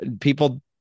people